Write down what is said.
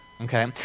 okay